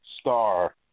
star